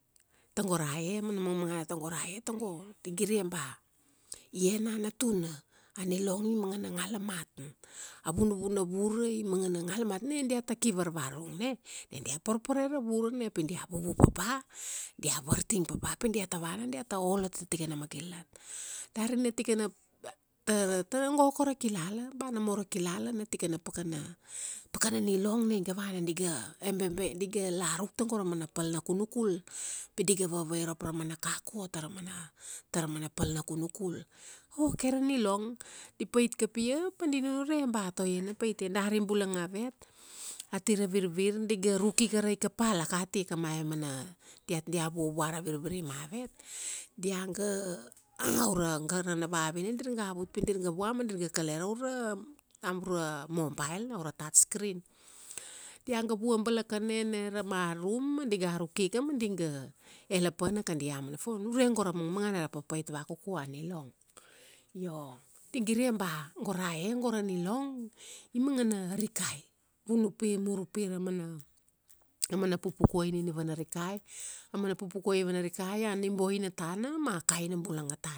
tago ra e, mana mangmangana tago ra e tago, di gire ba i enana tuna. A nilong i mangana ngala mat. A vunuvu na vura i mangana ngala mat. Na diata ki varvarurung na, na dia parpare ra vura na pi dia vuvu papa, dia varting papapi diata vana diata olo tatikana makilalat. Dari na tikana, tar, go ko ra kilala ba nomo ka ra kilala na tikana pakana, pakana nilong na iga vana di ga, ebebe, di ga la ruk tago ra mana pal na kunukul. Pi di ga vavairop ra mana kako tara mana, tara mana pal na kunukul. Go kake ra nilong. Di pait kapia pa di nunure ba toia na pait ia dari. Dari bulanga avet, ati ra virvir diga ruk ika raika pal a kati kamave mana, diat dia vua vua ra virviri mavet, dia ga aura gara na vavina dir ga vut pi dir ga vua ma dirga kale raura, aura mobile na. Aura touch screen. Diaga vua balakane na ra marum, ma diga ruk ika ma diga ele pa na kadia mana phone. Nunure go ra mangmangana ra papait vakuku a nilong. Io, di gire ba go ra e go ra nilong, i mangana arikai. Vuna pi, mur upi ra mana, a mana pupukuai nina i vana rikai. A mana pupukuai i vana rikai a niboina tana ma kaina bulanga tana.